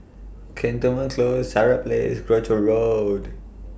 Cantonment Close Sirat Place Croucher Road